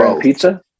pizza